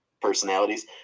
personalities